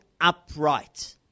upright